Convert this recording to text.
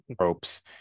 ropes